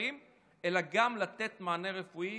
ישראלים אלא גם לתת מענה רפואי